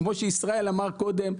כפי שישראל אמר קודם,